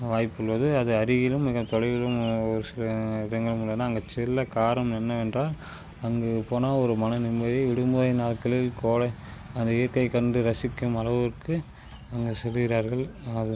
வாய்ப்புள்ளது அது அருகிலும் மிக தொலைவிலும் ஒரு சில இடங்களின் மூலம் நாங்கள் செல்லக் காரணம் என்னவென்றால் அங்கு போனால் ஒரு மன நிம்மதி விடுமுறை நாட்களில் கோடை அந்த இயற்கை கண்டு ரசிக்கும் அளவுக்கு அங்கே செல்கிறார்கள் அது